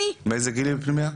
מאיזה גיל היא בפנימייה.